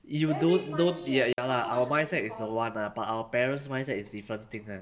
you don't don't ya ya lah our mindset is don't want ah but our parents is different thing ah